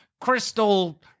crystal